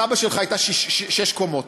התב"ע שלך הייתה שש קומות,